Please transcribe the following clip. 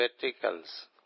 verticals